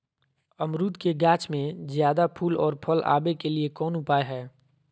अमरूद के गाछ में ज्यादा फुल और फल आबे के लिए कौन उपाय है?